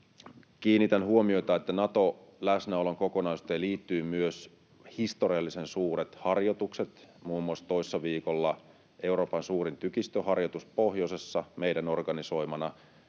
Kiinnitän huomiota, että Naton läsnäolon kokonaisuuteen liittyy myös historiallisen suuret harjoitukset, muun muassa toissa viikolla Euroopan suurin tykistöharjoitus pohjoisessa meidän organisoimana,